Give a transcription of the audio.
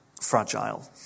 fragile